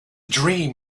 dream